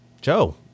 joe